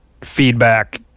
feedback